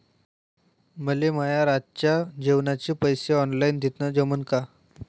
मले माये रातच्या जेवाचे पैसे ऑनलाईन देणं जमन का?